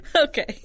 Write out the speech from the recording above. Okay